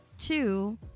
two